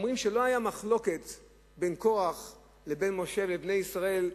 אומרים שלא היתה כזאת מחלוקת קוטבית בין קורח לבין משה לבין בני ישראל,